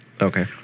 Okay